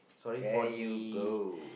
there you go